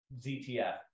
ZTF